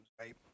right